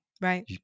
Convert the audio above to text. Right